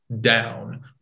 down